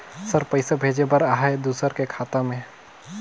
Sir पइसा भेजे बर आहाय दुसर के खाता मे?